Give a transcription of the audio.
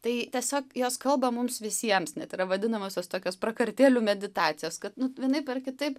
tai tiesiog jos kalba mums visiems net yra vadinamosios tokios prakartėlių meditacijos kad nu vienaip ar kitaip